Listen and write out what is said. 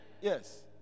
yes